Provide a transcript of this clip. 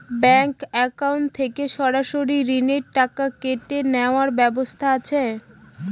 Bank account থেকে সরাসরি ঋণের টাকা কেটে নেওয়ার ব্যবস্থা আছে?